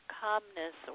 calmness